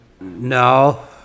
No